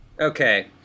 okay